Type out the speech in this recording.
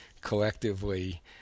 Collectively